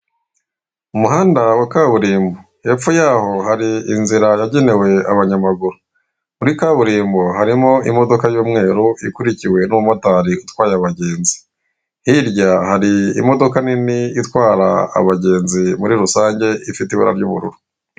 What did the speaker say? Umuhanda wa kaburimbo epfo yaho hari inzira yagenewe abanyamaguru, muri kaburimbo harimo imodoka y'umweru ikurikiwe n'umumotari utwaye abagenzi, hirya hari imodoka nini itwara abagenzi muri rusange ifite ibara ry'ubururu.